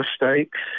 mistakes